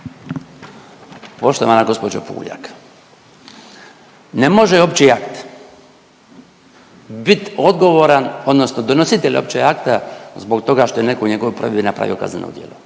Poštovana gospođo PUljak ne može opći akt bit odgovoran odnosno donositelj općeg akta zbog toga što je netko u njegovoj provjeri napravio kazneno djelo